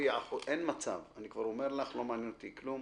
אין מצב, אני כבר אומר לך, לא מעניין אותי כלום,